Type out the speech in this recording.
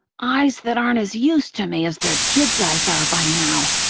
eyes that aren't as used to me as their kids' eyes are by now.